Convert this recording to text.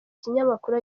kinyamakuru